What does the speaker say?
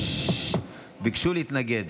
ביקש להתנגד